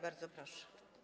Bardzo proszę.